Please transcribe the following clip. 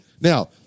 Now